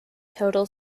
total